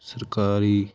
ਸਰਕਾਰੀ